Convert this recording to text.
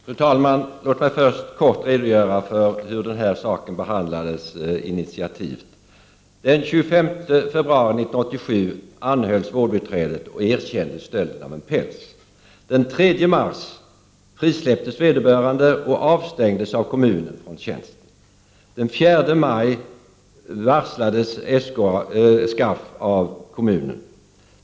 Fru talman! Låt mig först kortfattat redogöra för hur den här saken behandlades initiativt. Den 25 februari 1987 anhölls vårdbiträdet och erkände stöld av en päls. Den 3 mars frisläpptes vederbörande och avstängdes av kommunen från sin tjänst. Den 4 maj varslades SKAF av kommunen.